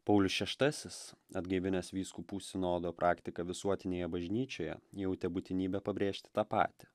paulius šeštasis atgaivinęs vyskupų sinodo praktiką visuotinėje bažnyčioje jautė būtinybę pabrėžti tą patį